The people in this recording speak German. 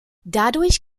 dadurch